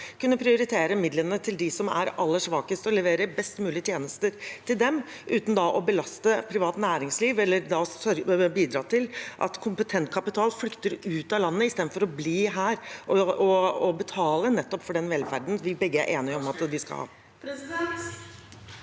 kunne prioritere midlene til dem som er aller svakest, og levere best mulig tjenester til dem, uten å belaste privat næringsliv eller bidra til at kompetent kapital flytter ut av landet istedenfor å bli her og betale nettopp for den velferden vi begge er enige om at vi skal ha?